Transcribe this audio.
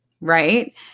Right